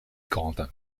corentin